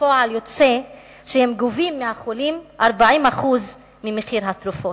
בפועל יוצא שהן גובות מהחולים 40% ממחיר התרופות.